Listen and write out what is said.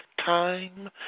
time